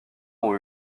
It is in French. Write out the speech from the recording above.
ont